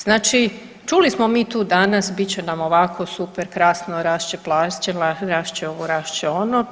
Znači čuli smo mi tu danas bit će nam ovako super, krasno, rast će plaće, rast će ovo, rast će ono.